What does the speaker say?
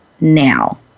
now